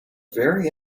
very